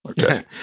Okay